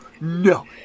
no